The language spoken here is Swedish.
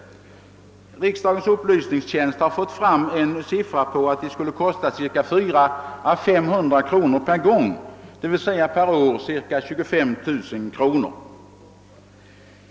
Riksdagens upplysningtjänst har fått fram en siffra på 400 å 500 kronor per program, d. v. s. per år cirka 25 000 kronor.